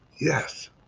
yes